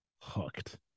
hooked